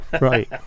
Right